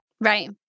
Right